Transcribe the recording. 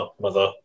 Mother